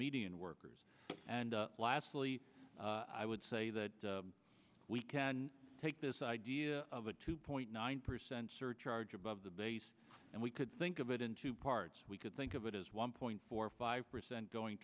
median workers and lastly i would say that we can take this idea of a two point nine percent surcharge above the base and we could think of it in two parts we could think of it as one point four five percent going